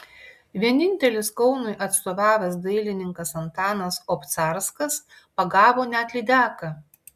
vienintelis kaunui atstovavęs dailininkas antanas obcarskas pagavo net lydeką